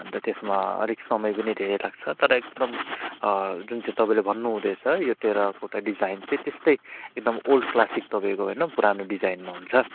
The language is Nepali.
अन्त त्यसमा अलिक समय पनि धेरै लाग्छ तर एकदम जुन चाहिँ तपाईँले भन्नु हुँदैछ यो टेराकोटा डिजाइन चाहिँ त्यस्तो एकदम ओल्ड क्लासिक तपाईँको होइन पुरानो डिजाइनमा हुन्छ